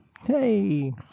Hey